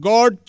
God